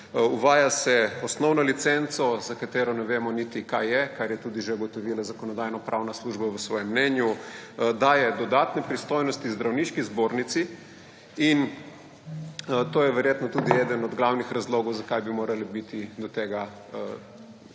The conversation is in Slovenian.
Uvaja se osnovno licenco, za katero ne vemo niti kaj je, kar je tudi že ugotovila Zakonodajno-pravna služba v svojem mnenju. Daje dodatne pristojnosti Zdravniški zbornici in to je verjetno tudi eden od glavnih razlogov zakaj bi morali biti do tega predloga